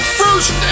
first